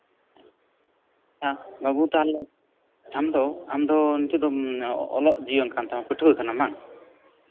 ᱴᱷᱤᱠ ᱜᱮᱭᱟ ᱵᱟᱹᱵᱩ ᱛᱟᱦᱚᱞᱮ ᱚᱞᱚᱜ ᱡᱤᱭᱚᱱ ᱠᱟᱱ ᱛᱟᱢᱟ ᱯᱟᱹᱴᱷᱩᱣᱟᱹ ᱠᱟᱱᱟᱢ ᱵᱟᱝ